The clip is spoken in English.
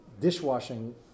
dishwashing